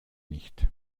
nicht